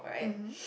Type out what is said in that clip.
mmhmm